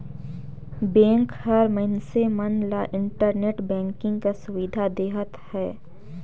bank हर मइनसे मन ल इंटरनेट बैंकिंग कर सुबिधा देहत अहे